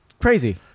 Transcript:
crazy